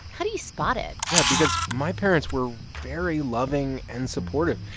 how do you spot it? yeah. because my parents were very loving and supportive,